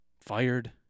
fired